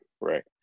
right